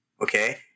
Okay